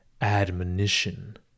admonition